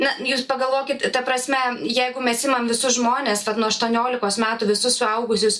na jūs pagalvokit ta prasme jeigu mes imam visus žmones vat nuo aštuoniolikos metų visus suaugusius